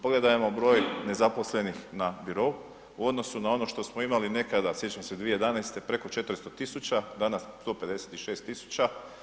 Pogledajmo broj nezaposlenih na birou, u odnosu na ono što smo imali nekada, sjećam se, 2011. preko 400 tisuća, danas 156 tisuća.